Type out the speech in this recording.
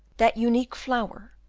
that unique flower,